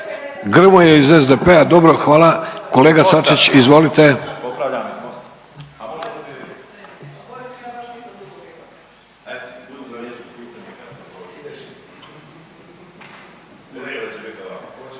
Grmoja iz SDP-a dobro hvala. Kolega Sačić izvolite.